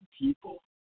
people